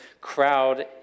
crowd